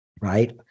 Right